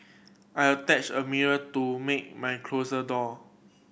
I attached a mirror to me my closet door